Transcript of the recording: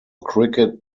cricket